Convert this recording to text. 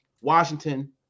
Washington